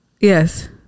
Yes